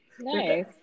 nice